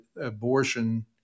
abortion